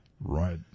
Right